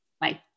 Bye